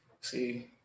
see